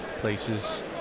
places